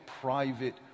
private